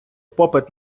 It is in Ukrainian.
попит